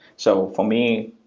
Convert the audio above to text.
so for me,